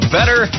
Better